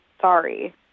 Sorry